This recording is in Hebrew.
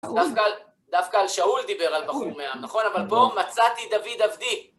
דווקא על, דווקא על שאול דיבר על בחור מהעם, נכון? אבל פה מצאתי "דוד עבדי".